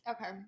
okay